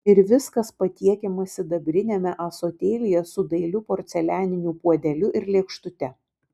ir viskas patiekiama sidabriniame ąsotėlyje su dailiu porcelianiniu puodeliu ir lėkštute